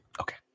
Okay